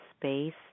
space